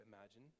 imagine